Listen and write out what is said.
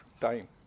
time